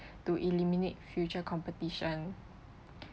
to eliminate future competition